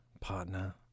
partner